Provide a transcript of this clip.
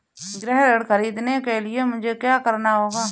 गृह ऋण ख़रीदने के लिए मुझे क्या करना होगा?